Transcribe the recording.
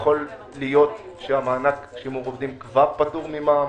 יכול להיות, שהמענק שמקבלים כבר פטור ממע"מ.